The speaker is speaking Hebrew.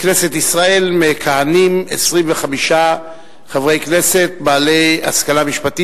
בכנסת ישראל מכהנים 25 חברי כנסת בעלי השכלה משפטית.